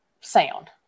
sound